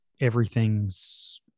everything's